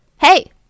Hey